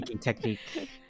technique